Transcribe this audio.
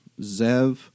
Zev